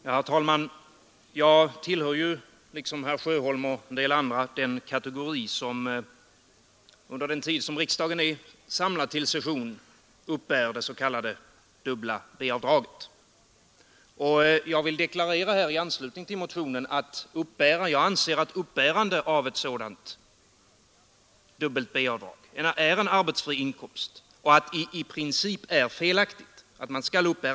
Herr talman! Jag tillhör liksom herr Sjöholm och en del andra den kategori som under den tid då riksdagen är samlad till session uppbär lön med s.k. dubbelt B-avdrag, och jag vill deklarera här att jag anser det arrangemanget innebära en arbetsfri inkomst och att det i princip är felaktigt.